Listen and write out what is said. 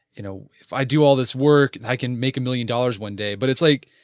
you know if i do all this work i can make a million dollars one day, but it's like,